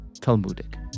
Talmudic